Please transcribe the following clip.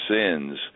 sins